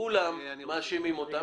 שכולם מאשימים אותם.